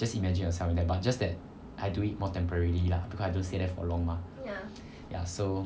just imagine yourself there but just that I do it more temporarily ah because I don't stay there for long mah ya so